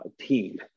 team